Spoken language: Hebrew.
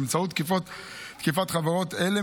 באמצעות תקיפת חברות אלה,